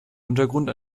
untergrund